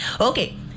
Okay